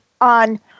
on